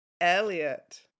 Elliot